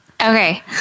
Okay